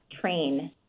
train